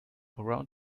around